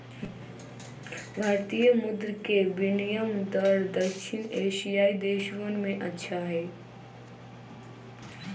भारतीय मुद्र के विनियम दर दक्षिण एशियाई देशवन में अच्छा हई